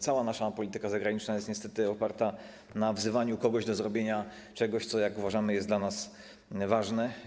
Cała nasza polityka zagraniczna jest niestety oparta na wzywaniu kogoś do zrobienia czegoś, co - jak uważamy - jest dla nas ważne.